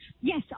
yes